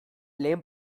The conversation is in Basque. lehen